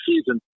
season